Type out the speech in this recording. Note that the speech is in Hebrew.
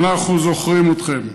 אנחנו זוכרים אתכם: